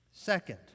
Second